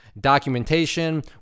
documentation